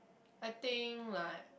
I think like